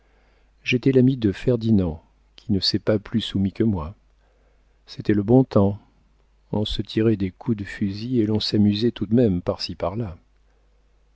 j'étais l'ami de ferdinand qui ne s'est pas plus soumis que moi c'était le bon temps on se tirait des coups de fusil et l'on s'amusait tout de même par-ci par-là